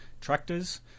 Tractors